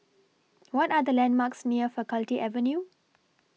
What Are The landmarks near Faculty Avenue